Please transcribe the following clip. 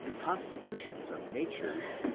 constitu tions of natures,